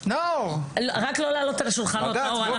רק לא לעלות על שולחנות, נאור.